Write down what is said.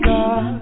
God